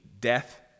death